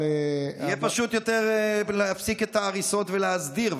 יהיה פשוט יותר להפסיק את ההריסות ולהסדיר,